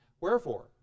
wherefore